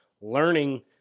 learning